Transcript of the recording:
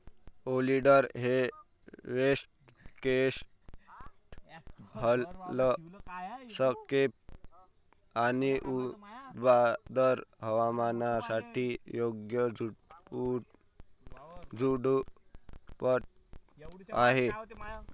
oleander हे west coast landscape आणि उबदार हवामानासाठी योग्य झुडूप आहे